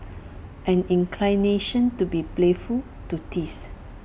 an inclination to be playful to tease